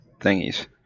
thingies